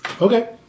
Okay